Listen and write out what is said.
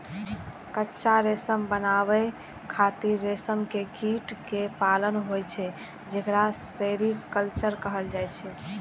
कच्चा रेशम बनाबै खातिर रेशम के कीट कें पालन होइ छै, जेकरा सेरीकल्चर कहल जाइ छै